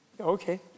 Okay